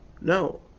No